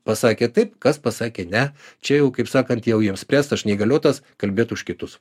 pasakė taip kas pasakė ne čia jau kaip sakant jau jiem spręst aš neįgaliotas kalbėt už kitus